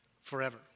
forever